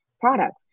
products